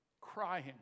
crying